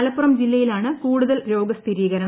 മലപ്പുറം ജില്ലയിലാണ് കൂടുതൽ രോഗസ്ഥിരീകരണം